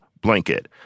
blanket—